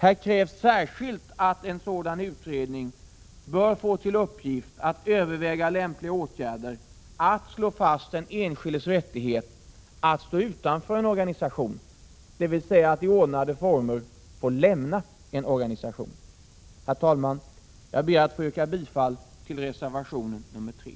Här krävs särskilt att en sådan utredning får till uppgift att överväga lämpliga åtgärder att slå fast den enskildes rättighet att stå utanför en organisation, dvs. att i ordnade former få lämna en organisation. Herr talman! Jag ber att få yrka bifall till reservation nr 3.